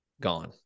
gone